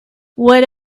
what